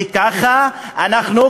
וככה אנחנו,